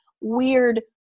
weird